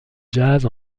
jazz